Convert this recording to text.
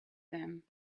them